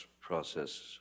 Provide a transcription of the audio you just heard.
process